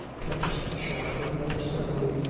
kept sharply, but steadily,